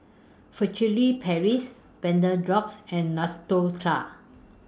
Furtere Paris Vapodrops and